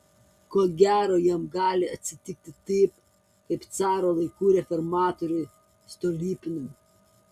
ko gero jam gali atsitikti taip kaip caro laikų reformatoriui stolypinui